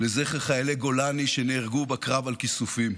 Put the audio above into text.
לזכר חיילי גולני שנהרגו בקרב על כיסופים.